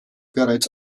bereits